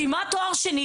סיימה תואר שני,